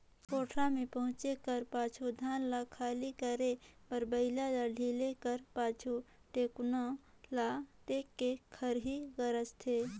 कोठार मे पहुचे कर पाछू धान ल खाली करे बर बइला ल ढिले कर पाछु, टेकोना ल टेक के खरही गाजथे